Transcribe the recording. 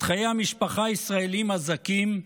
את חיי המשפחה הישראליים הזכים,